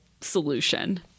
solution